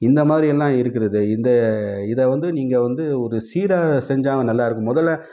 இந்த மாதிரியெல்லாம் இருக்கிறது இந்த இதை வந்து நீங்கள் வந்து ஒரு சீராக செஞ்சாங்கனால் நல்லா இருக்கும் முதல்ல